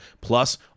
Plus